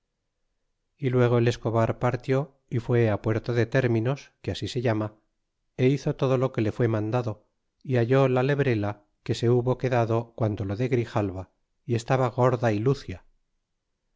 y luego el escobar partió y fue puerto de términos que así se llama é hizo todo lo que le fué mandado é halló la lebrela que se hubo quedado quando lo de grijalva y estaba gorda y lucia